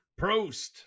Prost